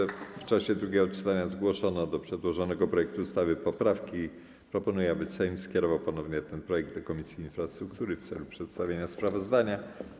W związku z tym, że w czasie drugiego czytania zgłoszono do przedłożonego projektu ustawy poprawki, proponuję, aby Sejm skierował ponownie ten projekt do Komisji Infrastruktury w celu przestawienia sprawozdania.